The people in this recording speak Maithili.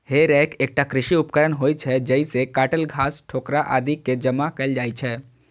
हे रैक एकटा कृषि उपकरण होइ छै, जइसे काटल घास, ठोकरा आदि कें जमा कैल जाइ छै